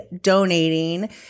donating